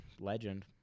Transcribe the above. legend